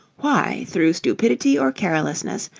why, through stupidity or carelessness,